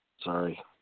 Sorry